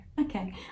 okay